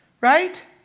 right